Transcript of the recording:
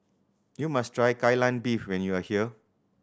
you must try Kai Lan Beef when you are here